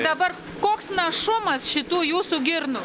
dabar koks našumas šitų jūsų girnų